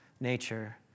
nature